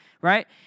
right